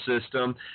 system